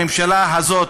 הממשלה הזאת,